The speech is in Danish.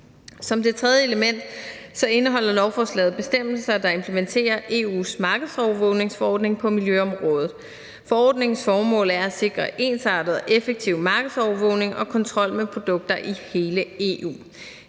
Som det tredje element indeholder lovforslaget bestemmelser, der implementerer EU's markedsovervågningsforordning på miljøområdet. Forordningens formål er at sikre ensartet og effektiv markedsovervågning og kontrol med produkter i hele EU.